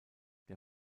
der